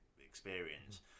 experience